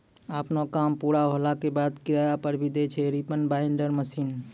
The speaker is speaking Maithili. आपनो काम पूरा होला के बाद, किराया पर भी दै छै रीपर बाइंडर मशीन